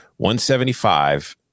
175